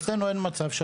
אצלנו אין מצב.